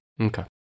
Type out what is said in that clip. Okay